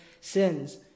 sins